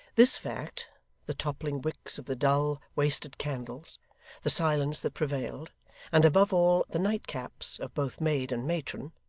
this fact the toppling wicks of the dull, wasted candles the silence that prevailed and, above all, the nightcaps of both maid and matron,